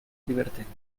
divertente